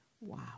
Wow